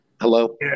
Hello